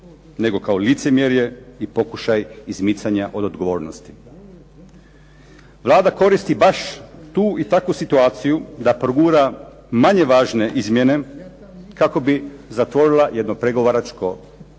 nego kao licemjerje i pokušaj izmicanja od odgovornosti. Vlada koristi baš tu i takvu situaciju da progura manje važne izmjene kako bi zatvorila jedno pregovaračko